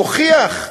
מוכיח: